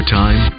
time